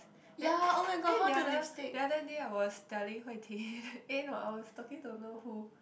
then then the other the other day I was telling Hui-Ting eh no I was talking don't know who